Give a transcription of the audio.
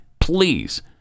please